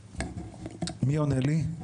מי עונה לי?